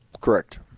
Correct